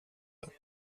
det